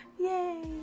Yay